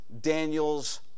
Daniel's